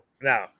No